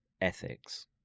ethics